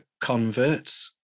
converts